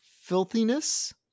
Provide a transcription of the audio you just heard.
filthiness